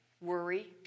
worry